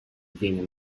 ведения